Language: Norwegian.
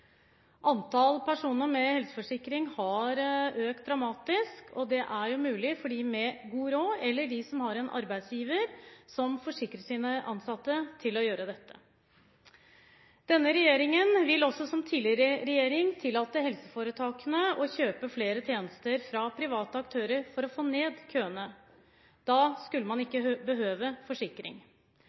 Antall personer med helseforsikring har økt dramatisk, og det er mulig for dem med god råd, eller for dem som har en arbeidsgiver som forsikrer sine ansatte, å gjøre dette. Også denne regjeringen vil, som tidligere regjering, tillate helseforetakene å kjøpe flere tjenester fra private aktører for å få ned køene. Da skulle man ikke behøve forsikring.